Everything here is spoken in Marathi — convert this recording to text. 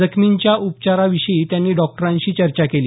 जखमींच्या उपचाराविषयी त्यांनी डॉक्टारांशी चर्चा केली